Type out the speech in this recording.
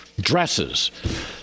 dresses